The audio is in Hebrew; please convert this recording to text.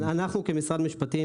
אסביר: אנחנו כמשרד משפטים,